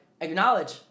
acknowledge